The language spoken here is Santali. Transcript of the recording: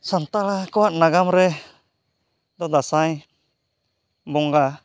ᱥᱟᱱᱛᱟᱲ ᱠᱚᱣᱟᱜ ᱱᱟᱜᱟᱢ ᱨᱮ ᱫᱚ ᱫᱟᱸᱥᱟᱭ ᱵᱚᱸᱜᱟ